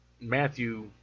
Matthew